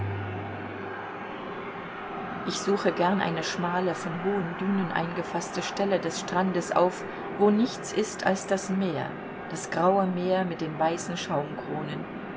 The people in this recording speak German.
ich suche gern eine schmale von hohen dünen eingefaßte stelle des strandes auf wo nichts ist als das meer das graue meer mit den weißen schaumkronen